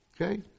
Okay